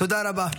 תודה רבה.